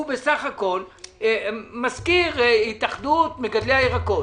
הוא בסך הכול מזכיר התאחדות מגדלי הירקות